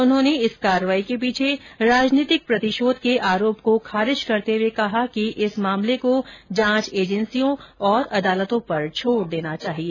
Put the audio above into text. उन्होंने इस कार्रवाई के पीछे राजनीतिक प्रतिशोध के आरोप को खारिज करते हुए कहा कि इस मामले को जांच एजेंसियों और अदालतों पर छोड़ देना चाहिए